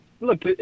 Look